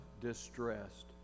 distressed